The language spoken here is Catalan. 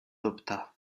dubtar